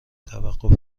توقف